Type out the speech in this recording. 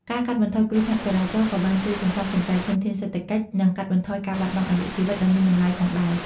ការកាត់បន្ថយគ្រោះថ្នាក់ចរាចរណ៍ក៏បានជួយសន្សំសំចៃធនធានសេដ្ឋកិច្ចនិងកាត់បន្ថយការបាត់បង់អាយុជីវិតដ៏មានតម្លៃផងដែរ។